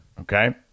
okay